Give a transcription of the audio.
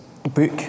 book